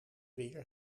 weer